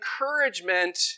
encouragement